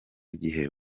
gihe